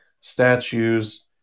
statues